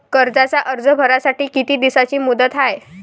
कर्जाचा अर्ज भरासाठी किती दिसाची मुदत हाय?